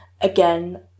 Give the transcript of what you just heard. again